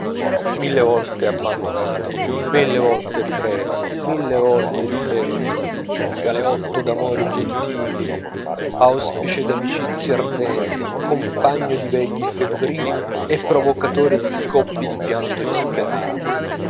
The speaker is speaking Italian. mille volte abbandonato mille volte ripreso mille volte difeso galeotto d'amori gentili auspice d'amicizie ardenti compagno di veglie febbrili e provocatore di scoppi di pianto disperati